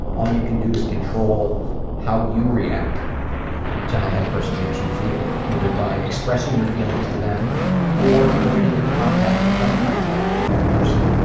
all you can do is control how you react to how that person makes you feel, either by expressing your feelings to them or limiting your contact or cutting contact with that person.